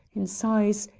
in sighs,